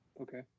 Okay